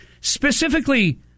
specifically